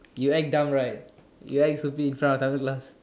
you act dumb right you act stupid in front of other class